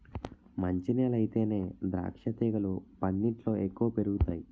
మంచి నేలయితేనే ద్రాక్షతీగలు పందిట్లో ఎక్కువ పెరుగతాయ్